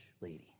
lady